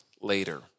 later